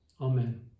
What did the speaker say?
Amen